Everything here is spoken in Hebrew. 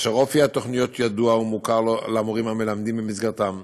כאשר אופי התוכניות ידוע ומוכר למורים המלמדים במסגרתן.